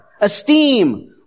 esteem